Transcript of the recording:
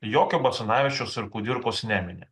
jokio basanavičiaus ir kudirkos nemini